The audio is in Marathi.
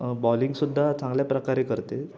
बॉलिंग सुद्धा चांगल्या प्रकारे करते